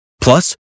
Plus